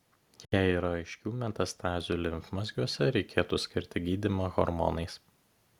jei yra aiškių metastazių limfmazgiuose reikėtų skirti gydymą hormonais